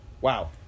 Wow